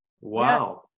Wow